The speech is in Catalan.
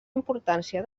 importància